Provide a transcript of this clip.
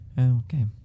Okay